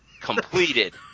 Completed